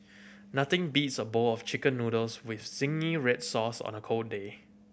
nothing beats a bowl of Chicken Noodles with zingy red sauce on a cold day